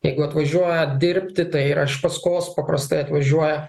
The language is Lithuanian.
jeigu atvažiuoja dirbti tai yra iš paskos paprastai atvažiuoja